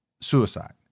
suicide